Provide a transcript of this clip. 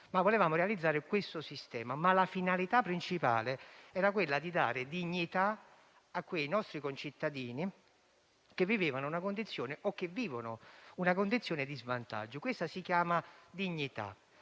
ma volevamo realizzare questo sistema. La finalità principale era quella di dare dignità ai nostri concittadini che vivevano o vivono una condizione di svantaggio. Questa si chiama dignità